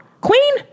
Queen